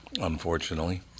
unfortunately